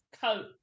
coat